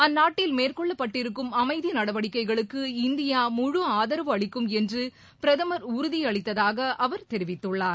அந்நாட்டில் மேற்கொள்ளப்பட்டிருக்கும் அமைதி நடவடிக்கைகளுக்கு இந்தியா முழு ஆதரவு அளிக்கும் என்று பிரதமர் உறுதியளித்ததாக அவர் தெரிவித்துள்ளார்